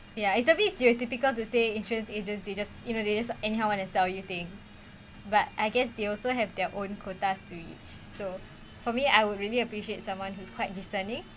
ya it's a bit theoretical to say insurance agents they just you know they just anyhow and sell you things but I guess they also have their own quotas to reach so for me I would really appreciate someone who's quite discerning